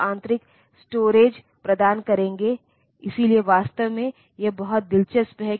तो ए एक विशेष रजिस्टर है जो हमारे पास 8085 में है जो एक्यूमिलेटर है